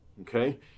okay